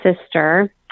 sister